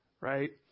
right